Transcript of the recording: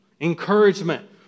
encouragement